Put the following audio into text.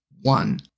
one